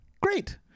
Great